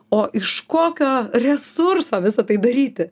o iš kokio resurso visa tai daryti